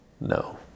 No